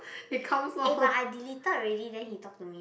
it comes off